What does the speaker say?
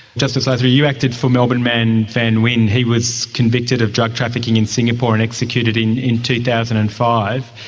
justice lasry, you acted for melbourne man van nguyen, he was convicted of drug trafficking in singapore and executed in in two thousand and five.